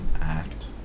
act